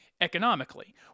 economically